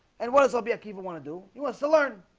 and what does ah bi people want to do he wants to learn?